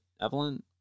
Evelyn